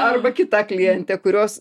arba kitą klientę kurios